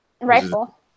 Rifle